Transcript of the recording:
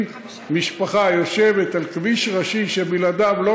אם משפחה יושבת על כביש ראשי שבלעדיו לא